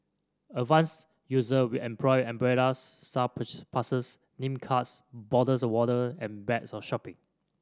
advanced user will employ umbrellas staff passes name cards bottles of water and bags of shopping